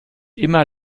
immer